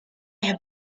have